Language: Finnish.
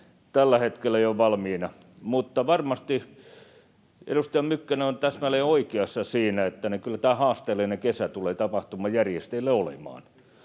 tällä hetkellä jo valmiina. Mutta varmasti edustaja Mykkänen on täsmälleen oikeassa siinä, että kyllä tämä haasteellinen kesä tulee tapahtumajärjestäjille olemaan.